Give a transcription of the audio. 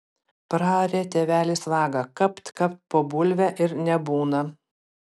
praarė tėvelis vagą kapt kapt po bulvę ir nebūna